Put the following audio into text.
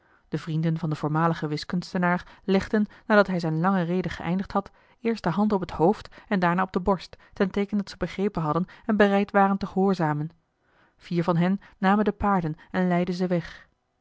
de vrienden van den voormaligen wiskunstenaar legden nadat hij zijne lange rede geëindigd had eerst de hand op het hoofd en daarna op de borst ten teeken dat ze begrepen hadden en bereid waren te gehoorzamen vier van hen namen de paarden en leidden ze weg